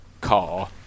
car